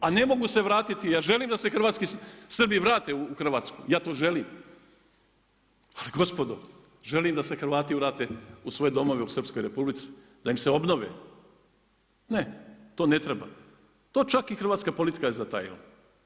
Ali ne mogu se vratiti, ja želim da se hrvatski Srbi vrate u Hrvatsku, ja to želim, ali gospodo, želim da se Hrvati vrate u svoje domove u Srpskoj Republici, da im se obnove, ne, to ne treba, to čak i hrvatska politika je zatajila.